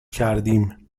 کردیم